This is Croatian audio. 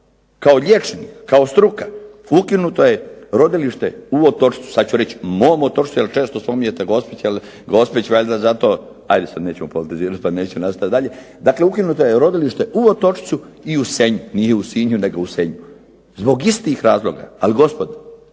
kao liječnik, kao struka, ukinuto je rodilište u Otočcu, sad ću reći mom Otočcu jer često spominjete Gospić, ali Gospić valjda zato, ajde sad nećemo politizirat pa neću nastavit dalje, dakle ukinuto je rodilište u Otočcu i u Senju, nije u Sinju nego u Senju zbog istih razloga. Ali gospodo,